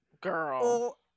girl